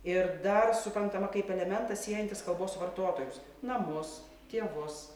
ir dar suprantama kaip elementas siejantis kalbos vartotojus namus tėvus